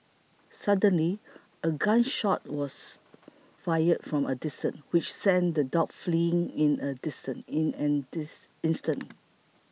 suddenly a gun shot was fired from a distance which sent the dogs fleeing in an distant in an instant